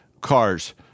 cars